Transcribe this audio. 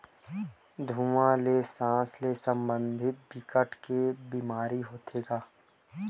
धुवा ले सास ले संबंधित बिकट के बेमारी होथे गा